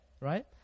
right